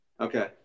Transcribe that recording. Okay